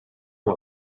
com